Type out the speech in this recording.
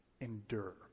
endure